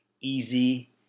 easy